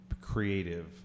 creative